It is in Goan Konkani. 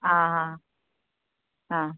आं हां आं